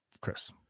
Chris